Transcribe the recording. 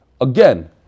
Again